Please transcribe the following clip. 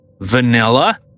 vanilla